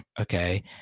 okay